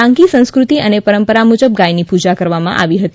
ડાંગી સંસ્કૃતિ અને પરંપરા મુજબ ગાયની પૂજા કરવામાં આવી હતી